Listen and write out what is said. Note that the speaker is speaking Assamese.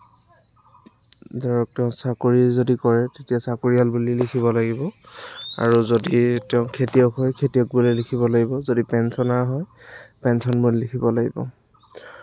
ধৰক তেওঁ চাকৰি যদি কৰে তেতিয়া চাকৰিয়াল বুলি লিখিব লাগিব আৰু যদি তেওঁ খেতিয়ক হয় খেতিয়ক বুলি লিখিব লাগিব যদি পেঞ্চনাৰ হয় পেঞ্চন বুলি লিখিব লাগিব